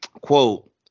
quote